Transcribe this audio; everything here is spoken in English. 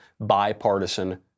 bipartisan